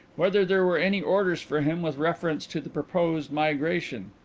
whether there were any orders for him with reference to the proposed migration.